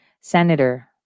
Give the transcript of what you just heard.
Senator